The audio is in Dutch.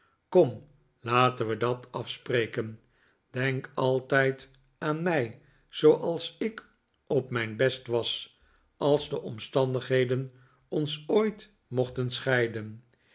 kom laten we dat afspreken denk altijd aan mij zooals ik op mijn best was als de omstandigheden ons ooit mochten scheiden